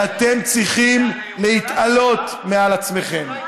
ואתם צריכים להתעלות מעל עצמכם.